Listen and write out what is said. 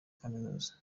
kaminuza